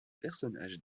personnage